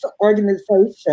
organization